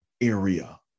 area